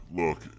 look